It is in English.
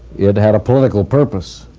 it had a political purpose,